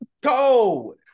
Go